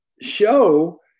show